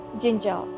ginger